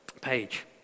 page